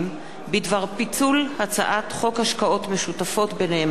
הצעת חוק השקעות משותפות בנאמנות (תיקון מס'